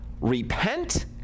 repent